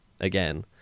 again